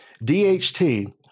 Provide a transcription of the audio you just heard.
DHT